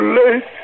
late